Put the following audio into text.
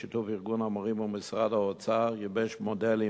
בשיתוף ארגון המורים ומשרד האוצר, גיבש מודלים